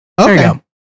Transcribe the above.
Okay